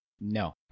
No